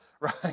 right